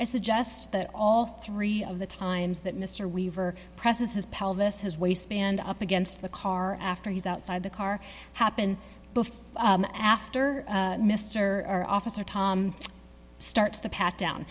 i suggest that all three of the times that mr weaver presses his pelvis his waistband up against the car after he's outside the car happen before after mr officer tom starts the pat down